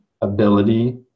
ability